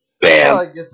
bam